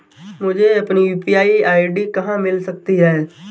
मुझे अपनी UPI ID कहां मिल सकती है?